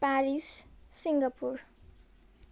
Paris Singapore